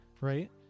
right